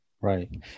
Right